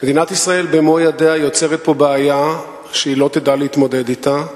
מדינת ישראל במו ידיה יוצרת פה בעיה שהיא לא תדע להתמודד אתה,